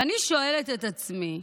ואני שואלת את עצמי: